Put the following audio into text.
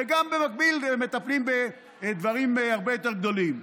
ובמקביל מטפלים גם בדברים הרבה יותר גדולים.